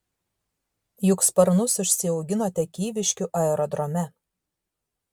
juk sparnus užsiauginote kyviškių aerodrome